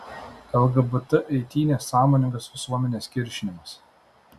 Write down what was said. lgbt eitynės sąmoningas visuomenės kiršinimas